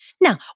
Now